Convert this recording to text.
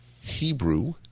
Hebrew